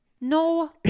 No